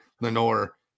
Lenore